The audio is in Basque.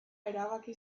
erabaki